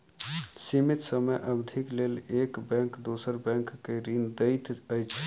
सीमित समय अवधिक लेल एक बैंक दोसर बैंक के ऋण दैत अछि